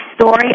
story